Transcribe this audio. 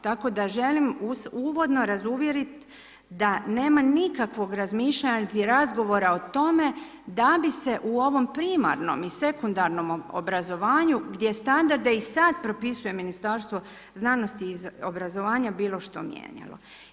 Tako da želim uvodno razuvjeriti da nema nikakvog razmišljanja niti razgovora o tome da bi se u ovom primarnom i sekundarnom obrazovanju gdje standarde i sad propisuje Ministarstvo znanosti i obrazovanja bilo što mijenjalo.